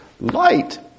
Light